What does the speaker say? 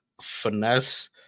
Finesse